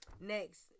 next